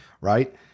Right